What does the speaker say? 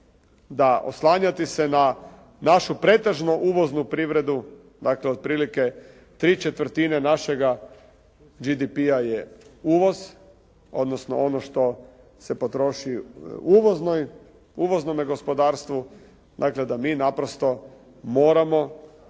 da oslanjati se na našu pretežno uvoznu privredu, dakle, otprilike tri četvrtine našega GDP-a je uvoz, odnosno ono što se potroši u uvoznome gospodarstvu, dakle, da mi naprosto moramo